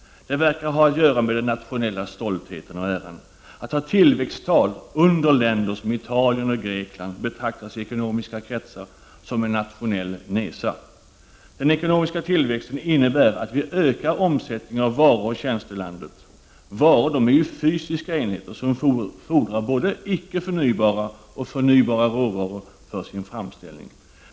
Det verkar ha att göra med den nationella stoltheten och äran. Att ha tillväxttal under länder som Italien och Grekland betraktas i ekonomiska kretsar som en nationell nesa. Ekonomisk tillväxt innebär att vi ökar omsättningen av varor och tjänster i landet. Varor är fysiska enheter som fordrar både icke förnybara och förnybara råvaror att framställa.